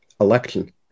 election